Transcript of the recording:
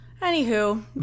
Anywho